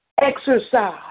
exercise